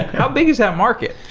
how big is that market?